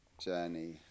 journey